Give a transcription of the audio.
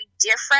different